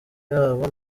yabo